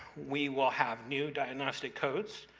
we will have new diagnostic codes